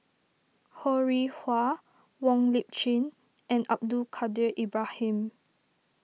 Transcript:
Ho Rih Hwa Wong Lip Chin and Abdul Kadir Ibrahim